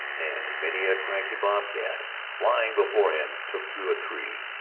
and many a cranky bobcat flying before him took to a tree,